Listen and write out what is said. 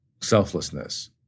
selflessness